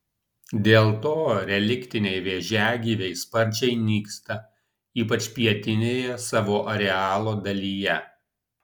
dėl to reliktiniai vėžiagyviai sparčiai nyksta ypač pietinėje savo arealo dalyje